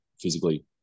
physically